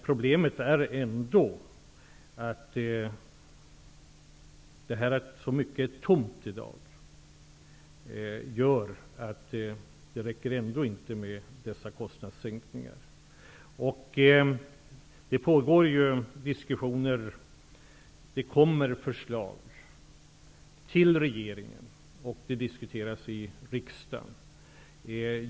Problemet med de tomma lokalerna i dag gör att det ändå inte räcker med dessa kostnadssänkningar. Det pågår diskussioner på olika håll, det kommer förslag till regeringen och det diskuteras i riksdagen.